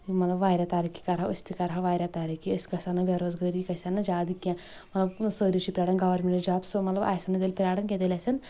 یِم مطلب واریاہ ترقی کرہو أسۍ تہِ کرہو واریاہ ترقی أسۍ گژھو نہٕ بےٚ روزگٲری گژِھہِ ہا نہٕ زیادٕ کینٛہہ مطلب سٲری چھِ پرٛاران گورمنٹ جاب سُہ مطلب آسہِ ہا نہٕ تیٚلہِ پرٛاران کینٛہہ تیٚلہِ آسَن